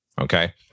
Okay